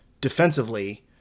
defensively